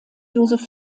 joseph